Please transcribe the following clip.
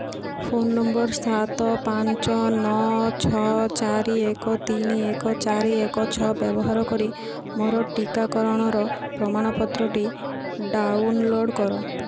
phone number ସାତ ପାଞ୍ଚ ନଅ ଛଅ ଚାରି ଏକ ତିନି ଏକ ଚାରି ଏକ ଛଅ ବ୍ୟବହାର କରି ମୋର ଟିକାକରଣର ପ୍ରମାଣପତ୍ରଟି ଡାଉନଲୋଡ଼୍ କର